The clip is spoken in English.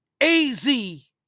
az